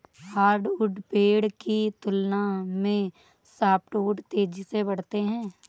hardwood पेड़ की तुलना में सॉफ्टवुड तेजी से बढ़ते हैं